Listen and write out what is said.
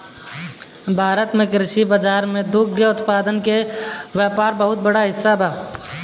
भारत में कृषि के बाजार में दुग्ध उत्पादन के व्यापार क बड़ा हिस्सा बा